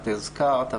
את הזכרת.